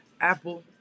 Apple